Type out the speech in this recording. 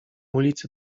ulicy